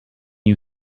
you